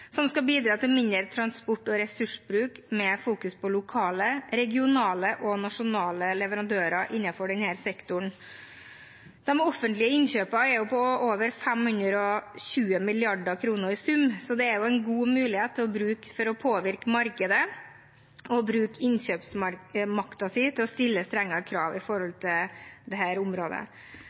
som skal bidra til mindre transport og ressursbruk, og på lokale, regionale og nasjonale leverandører innenfor denne sektoren. De offentlige innkjøpene er på over 520 mrd. kr i sum, så det er jo en god mulighet til å bruke vår innkjøpsmakt til å påvirke markedet til å stille strengere krav på dette området. Komiteens flertall består av Arbeiderpartiet, Senterpartiet, SV og Miljøpartiet De Grønne, som i